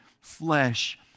flesh